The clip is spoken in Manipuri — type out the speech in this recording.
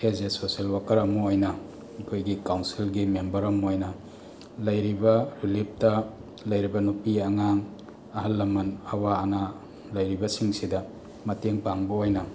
ꯑꯦꯁ ꯑꯦ ꯁꯣꯁꯦꯜ ꯋꯥꯀꯔ ꯑꯃ ꯑꯣꯏꯅ ꯑꯩꯈꯣꯏꯒꯤ ꯀꯥꯎꯟꯁꯤꯜꯒꯤ ꯃꯦꯝꯕꯔ ꯑꯃ ꯑꯣꯏꯅ ꯂꯩꯔꯤꯕ ꯔꯤꯂꯤꯞꯇ ꯂꯩꯔꯤꯕ ꯅꯨꯄꯤ ꯑꯉꯥꯡ ꯑꯍꯜ ꯂꯃꯟ ꯑꯋꯥ ꯑꯅꯥ ꯂꯩꯔꯤꯕꯁꯤꯡꯁꯤꯗ ꯃꯇꯦꯡ ꯄꯥꯡꯕ ꯑꯣꯏꯅ